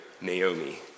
Naomi